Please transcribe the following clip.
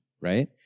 right